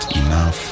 enough